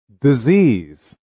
Disease